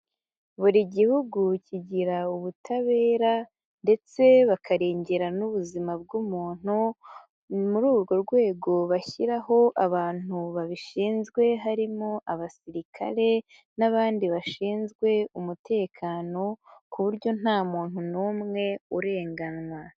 Buri gihugu kigira ubutabera ndetse bakarengera n'ubuzima bw'umuntu, muri urwo rwego bashyiraho abantu babishinzwe, harimo abasirikare n'abandi bashinzwe umutekano kuburyo ntamuntu n'umwe urenganywa.